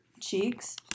cheeks